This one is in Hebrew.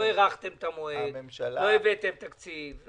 לא הארכתם את המועד, לא הבאתם תקציב.